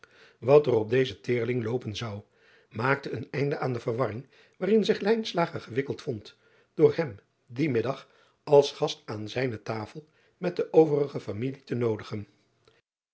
wat er op dezen taarling loopen zou maakte een einde aan de verwarring waarin zich gewikkeld vond door hem dien middag als gast aan zijne tafel met de overige familie te noodigen